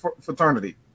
fraternity